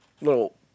little